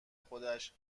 خودش